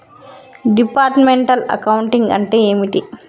Departmental accounting అంటే ఏమిటి?